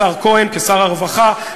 השר כהן כשר הרווחה,